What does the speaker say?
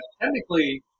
technically